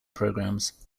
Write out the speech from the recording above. programs